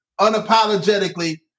unapologetically